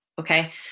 okay